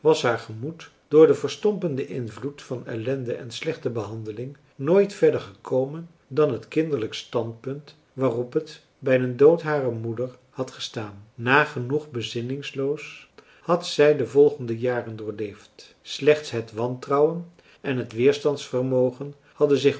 haar gemoed door den verstompenden invloed van ellende en slechte behandeling nooit verder gekomen dan het kinderlijk standpunt waarop het bij den dood harer moeder had gestaan nagenoeg bezinningsloos had zij de volgende jaren doorleefd slechts het wantrouwen en het weerstandsvermogen hadden zich